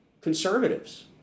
conservatives